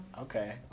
Okay